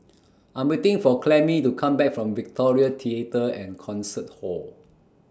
I'm waiting For Clemie to Come Back from Victoria Theatre and Concert Hall